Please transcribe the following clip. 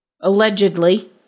allegedly